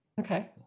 Okay